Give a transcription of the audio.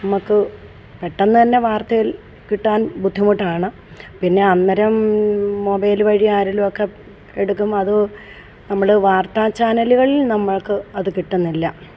പെട്ടെന്നു തന്നെ വാർത്തയിൽ കിട്ടാൻ ബുദ്ധിമുട്ടാണ് പിന്നേ അന്നേരം മൊബൈലിലൂടെ ആരാലൊക്കെ എടുക്കുന്ന അത് നമ്മൾ വാർത്താ ചാനൽ വഴി നമുക്ക് അതു കിട്ടുന്നില്ല